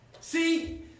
See